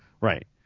right